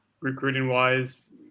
Recruiting-wise